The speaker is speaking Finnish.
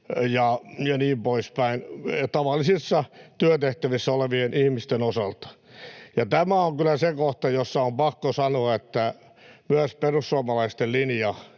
ja niin poispäin, tavallisissa työtehtävissä olevien ihmisten, osalta. Tämä on kyllä se kohta, jossa on pakko sanoa, että myöskään perussuomalaisten linja